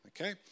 Okay